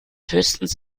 höchstens